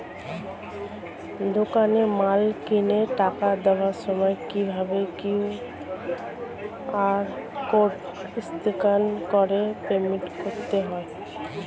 দোকানে মাল কিনে টাকা দেওয়ার সময় কিভাবে কিউ.আর কোড স্ক্যান করে পেমেন্ট করতে হয়?